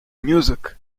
music